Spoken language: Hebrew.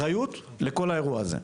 האחריות לכל האירוע הזה.